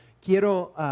quiero